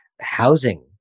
housing